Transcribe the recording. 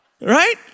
Right